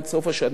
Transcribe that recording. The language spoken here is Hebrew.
עד סוף השנה,